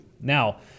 Now